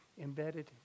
embedded